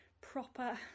proper